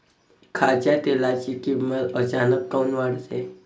खाच्या तेलाची किमत अचानक काऊन वाढते?